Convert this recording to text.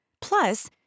plus